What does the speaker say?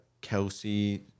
Kelsey